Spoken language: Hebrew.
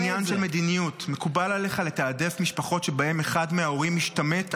כעניין של מדיניות מקובל עליך לתעדף משפחות שבהן אחד מההורים משתמט,